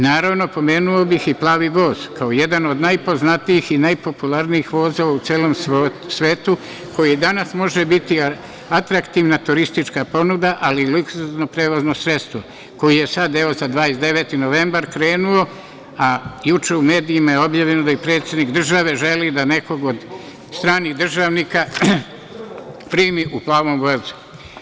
Naravno, pomenuo bih i Plavi voz kao jedan od najpoznatijih i najpopularnijih vozova u celom svetu koji i danas može biti atraktivna turistička ponuda, ali i luksuzno prevozno sredstvo, koje je sada za 29. novembar krenuo, a juče u medijima je objavljeno da i predsednik države želi da nekoga od stranih državnika primi u Plavom vozu.